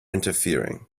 interfering